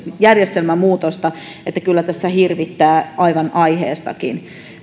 järjestelmämuutosta niin että kyllä tässä hirvittää aivan aiheestakin